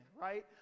right